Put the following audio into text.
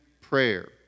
prayer